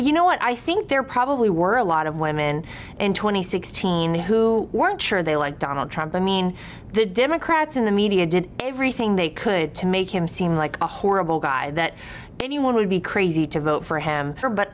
you know what i think there probably were a lot of women in two thousand and sixteen who weren't sure they like donald trump i mean the democrats in the media did everything they could to make him seem like a horrible guy that anyone would be crazy to vote for him